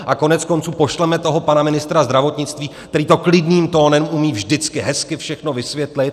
A koneckonců pošleme toho pana ministra zdravotnictví, který to klidným tónem umí vždycky hezky všechno vysvětlit.